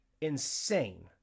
insane